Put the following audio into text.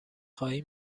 خواهی